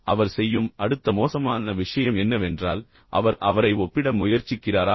பின்னர் அவர் செய்யும் அடுத்த மோசமான விஷயம் என்னவென்றால் அவர் அவரை ஒப்பிட முயற்சிக்கிறாரா